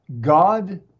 God